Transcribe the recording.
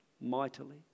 mightily